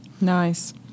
Nice